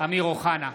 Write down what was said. אמיר אוחנה,